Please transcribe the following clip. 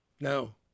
No